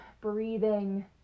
breathing